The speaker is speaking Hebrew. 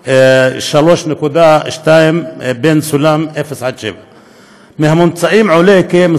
בטווח הציונים 0.7 3.2. מהממצאים עולה כי כמה